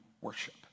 worship